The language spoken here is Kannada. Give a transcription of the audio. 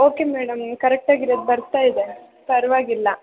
ಓಕೆ ಮೇಡಮ್ ಕರೆಕ್ಟಾಗಿರೋದ್ ಬರ್ತಾ ಇದೆ ಪರ್ವಾಗಿಲ್ಲ